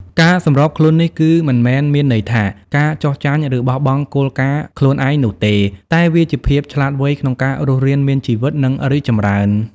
ការសម្របខ្លួននេះ គឺមិនមែនមានន័យថាការចុះចាញ់ ឬបោះបង់គោលការណ៍ខ្លួនឯងនោះទេ តែវាជាភាពឆ្លាតវៃក្នុងការរស់រានមានជីវិត និងរីកចម្រើន។